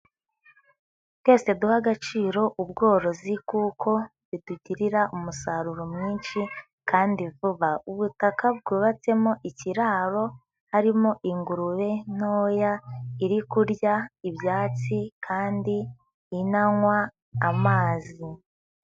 Twese duhe agaciro ubworozi kuko bitugirira umusaruro mwinshi kandi vuba. Ubutaka bwubatsemo ikiraro harimo ingurube ntoya iri kurya ibyatsi kandi inanywa amazi.